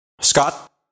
Scott